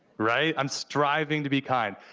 right? i'm striving to be kind.